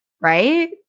right